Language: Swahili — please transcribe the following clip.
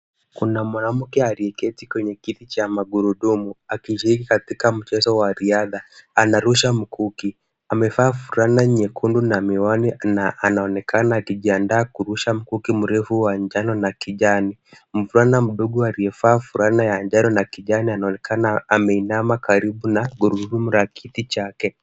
Kuna mwanamke aliyeketi kwenye kiti cha magurudumu akishiriki katika mchezo wa riadha, anarusha mkuki, amevaa fulana nyekundu na miwani na anaonekana akijiandaa kurusha mkuki mrefu wa njano na kijani, mvulana mdogo aliyevaa fulana ya njano na kijani anaonekana ameinama karibu na gurudumu la kiti chake.